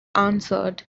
answered